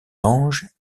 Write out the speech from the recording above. anges